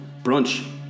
Brunch